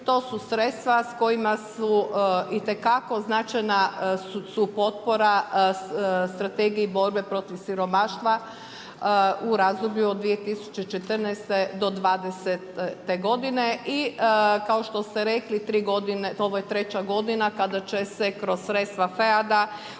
to su sredstva s kojima su itekako označena supotpora Strategiji borbe protiv siromaštva u razdoblju od 2014.-2020. godine i kao što ste reli ovo je treća godina kada će se kroz sredstva FEAD-a